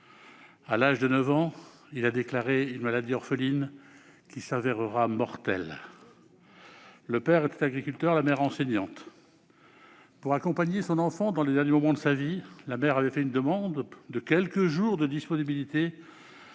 À l'âge de 9 ans, cet enfant a déclaré une maladie orpheline qui se révélera mortelle. Le père était agriculteur, la mère enseignante. Pour accompagner son enfant dans les derniers moments de sa vie, la mère a fait une demande de quelques jours de disponibilité